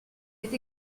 est